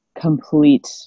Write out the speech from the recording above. complete